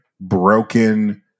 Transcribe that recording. broken